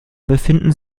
befinden